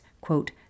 quote